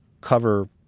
cover